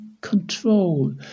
control